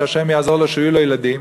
שהשם יעזור לו שיהיו לו ילדים,